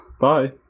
Bye